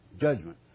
Judgment